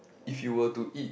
if you were to eat